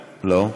לא.